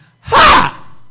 Ha